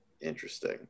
interesting